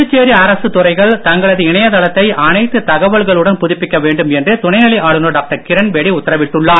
புதுச்சேரி அரசு துறைகள் தங்களது இணையதளத்தை அனைத்து தகவல்களுடன் புதுப்பிக்க வேண்டும் என்று துணைநிலை ஆளுநர் டாக்டர் கிரண்பேடி உத்தரவிட்டுள்ளார்